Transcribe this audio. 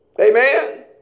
Amen